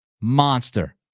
monster